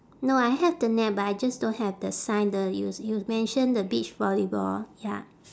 no I have the net but I just don't have the sign the you you mention the beach volleyball ya